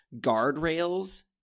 guardrails